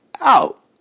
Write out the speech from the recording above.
out